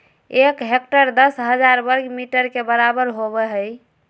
एक हेक्टेयर दस हजार वर्ग मीटर के बराबर होबो हइ